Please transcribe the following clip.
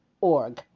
org